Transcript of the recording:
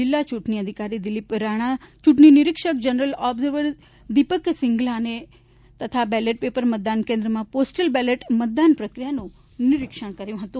જિલ્લા ચૂંટણી અધિકારી દિલીપ રાણા ચૂંટણી નિરીક્ષક જનરલ ઓબ્ઝર્વર દિપક સીંઘલા તથા બેલેટ પેપર મતદાન કેન્દ્રમાં પોસ્ટલ બેલેટ મતદાન પ્રક્રિયાનું નિરીક્ષણ કર્યું હતું